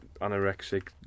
anorexic